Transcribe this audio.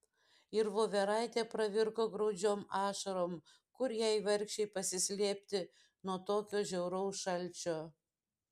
ir voveraitė pravirko graudžiom ašarom kur jai vargšei pasislėpti nuo tokio žiauraus šalčio